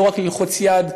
היא לא רק ללחוץ יד,